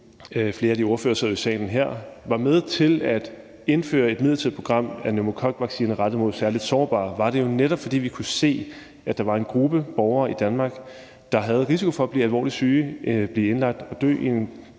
flere af de ordførere, der var med til det, sidder her i salen – var det jo netop, fordi vi kunne se, at der var en gruppe borgere i Danmark, der havde risiko for at blive alvorligt syge, blive indlagt og dø i en,